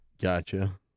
Gotcha